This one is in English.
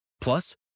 Plus